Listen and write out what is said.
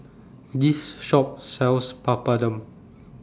This Shop sells Papadum